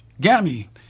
Gammy